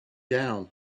down